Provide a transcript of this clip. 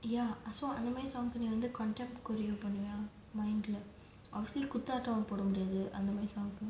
ya so அந்த மாரி:antha maari contract choreography பண்ணுவியா:pannuviyaa mind obviously அந்த மாரி:antha maari song கு குத்தாட்டம் போடா முடியாது:ku kuthaatam poda mudiyaathu